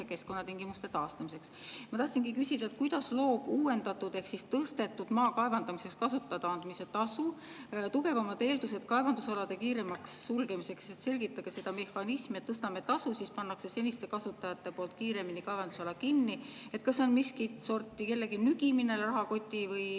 keskkonnatingimuste taastamiseks." Ma tahtsingi küsida, kuidas loob uuendatud ehk tõstetud maa kaevandamiseks kasutada andmise tasu tugevamad eeldused kaevandusalade kiiremaks sulgemiseks. Selgitage seda mehhanismi, et tõstame tasu ja siis panevad senised kasutajad kaevandusala kiiremini kinni. Kas see on miskit sorti kellegi nügimine, rahakoti, või